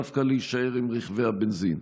דווקא להישאר עם רכבי הבנזין.